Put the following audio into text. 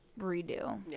redo